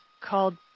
called